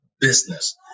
business